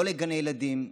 לא לגני ילדים,